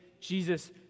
Jesus